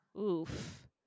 Oof